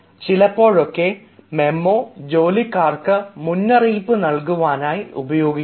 ചിലപ്പോഴൊക്കെ മെമോ ജോലിക്കാർക്ക് മുന്നറിയിപ്പ് നൽകുവാനായി ഉപയോഗിക്കുന്നു